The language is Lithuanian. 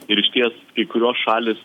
ir išties kai kurios šalys